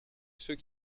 ceux